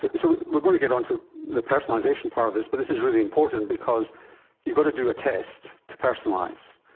so we are going to get on to the personalisation part of this, but this is really important because you've got to do a test to personalise.